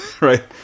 right